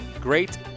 Great